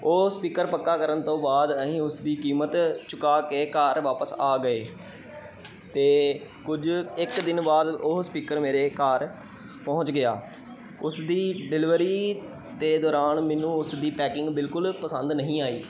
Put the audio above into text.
ਉਹ ਸਪੀਕਰ ਪੱਕਾ ਕਰਨ ਤੋਂ ਬਾਅਦ ਅਸੀਂ ਉਸ ਦੀ ਕੀਮਤ ਚੁਕਾ ਕੇ ਘਰ ਵਾਪਸ ਆ ਗਏ ਅਤੇ ਕੁਝ ਇੱਕ ਦਿਨ ਬਾਅਦ ਉਹ ਸਪੀਕਰ ਮੇਰੇ ਘਰ ਪਹੁੰਚ ਗਿਆ ਉਸ ਦੀ ਡਿਲੀਵਰੀ ਦੇ ਦੌਰਾਨ ਮੈਨੂੰ ਉਸ ਦੀ ਪੈਕਿੰਗ ਬਿਲਕੁਲ ਪਸੰਦ ਨਹੀਂ ਆਈ